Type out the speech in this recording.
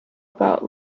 about